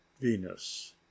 Venus